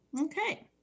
Okay